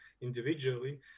individually